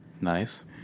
Nice